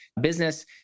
business